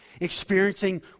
experiencing